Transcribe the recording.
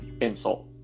insult